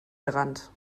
gerannt